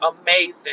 amazing